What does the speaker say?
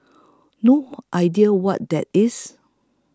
no idea what that is